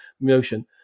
motion